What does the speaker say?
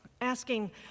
asking